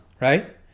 right